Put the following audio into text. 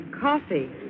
Coffee